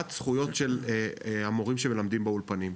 זכויות של המורים שמלמדים באולפנים.